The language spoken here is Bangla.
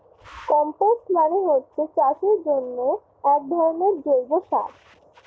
কম্পোস্ট মানে হচ্ছে চাষের জন্যে একধরনের জৈব সার